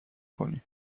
کنی